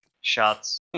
shots